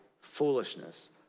foolishness